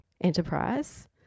enterprise